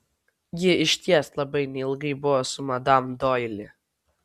ji išties labai neilgai buvo su madam doili